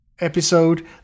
episode